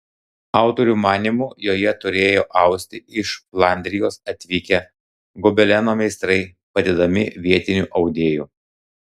autorių manymu joje turėjo austi iš flandrijos atvykę gobeleno meistrai padedami vietinių audėjų